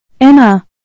Emma